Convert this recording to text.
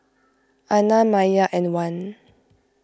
Aina Maya and Wan